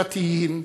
דתיים,